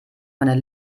meiner